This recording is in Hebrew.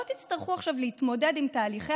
לא תצטרכו עכשיו להתמודד עם תהליכי